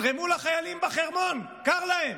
תרמו לחיילים בחרמון, קר להם.